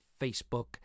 facebook